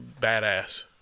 badass